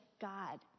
God